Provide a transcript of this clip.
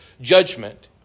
judgment